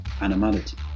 animality